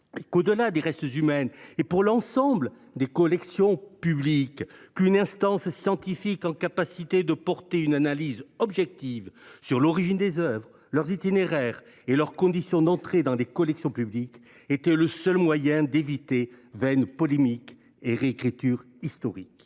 qu’au delà des restes humains, et pour l’ensemble des collections publiques, une instance scientifique capable de porter une analyse objective sur l’origine des œuvres, leurs itinéraires et leurs conditions d’entrée dans les collections publiques était le seul moyen d’éviter vaines polémiques et réécritures historiques.